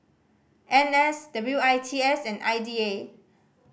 N S W I T S and I D A